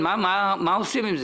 מה עושים עם זה?